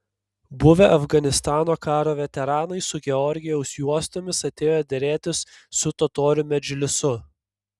buvę afganistano karo veteranai su georgijaus juostomis atėjo derėtis su totorių medžlisu